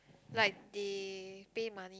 like they pay money